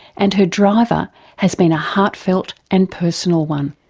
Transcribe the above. and her driver has been a heartfelt and personal one.